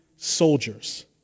Soldiers